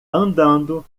andando